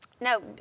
No